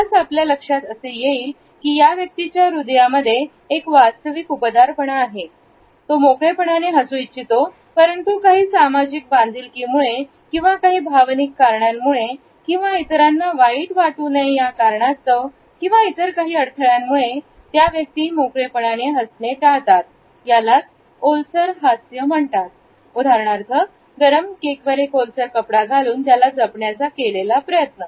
यास आपल्या असे लक्षात येईल की या व्यक्तीच्या हृदयामध्ये एक वास्तविक उबदारपणा आहे तो मोकळेपणाने हसू इच्छितो परंतु काही सामाजिक बांधिलकी मुळे किंवा काही भावनिक कारणांमुळे किंवा इतरांना वाईट वाटू नये या कारणास्तव किंवा ईतर अडथळ्यांमुळे त्या व्यक्ती मोकळेपणाने हसणे टाळते यालाच ओलसर हास्य म्हणतात उदाहरणार्थ गरम केक वर एक ओलसर कपडा घालून त्याला जपण्याचा प्रयत्न